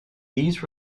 these